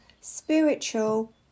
spiritual